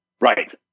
Right